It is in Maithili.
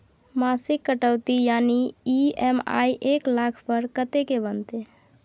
मासिक कटौती यानी ई.एम.आई एक लाख पर कत्ते के बनते?